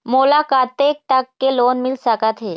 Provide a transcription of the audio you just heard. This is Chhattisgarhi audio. मोला कतेक तक के लोन मिल सकत हे?